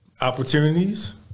Opportunities